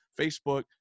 Facebook